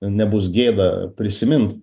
nebus gėda prisimint